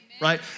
Right